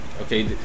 Okay